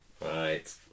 Right